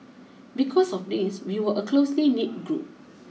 because of this we were a closely knit group